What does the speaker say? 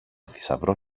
θησαυρό